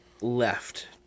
left